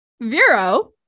Vero